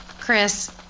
Chris